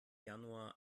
januar